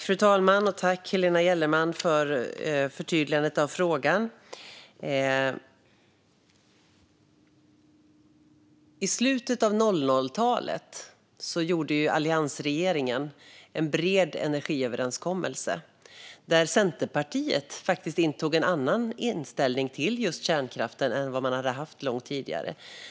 Fru talman! Tack, Helena Gellerman, för förtydligandet av frågan! I slutet av 00-talet gjorde alliansregeringen en bred energiöverenskommelse. Där intog Centerpartiet faktiskt en annan inställning till just kärnkraften än vi haft långt tidigare.